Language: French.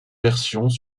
versions